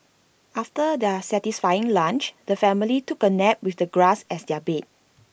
after their satisfying lunch the family took A nap with the grass as their bed